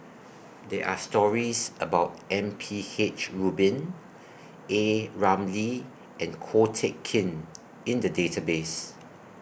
There Are stories about M P H Rubin A Ramli and Ko Teck Kin in The Database